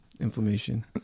inflammation